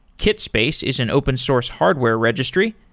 kitspace is an open source hardware registry,